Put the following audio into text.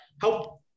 help